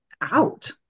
out